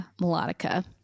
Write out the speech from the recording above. melodica